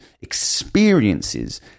experiences